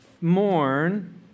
mourn